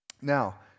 Now